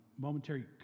momentary